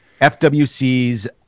FWC's